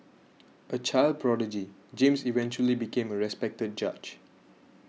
a child prodigy James eventually became a respected judge